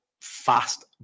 fast